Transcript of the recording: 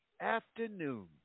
afternoon